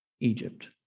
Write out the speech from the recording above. Egypt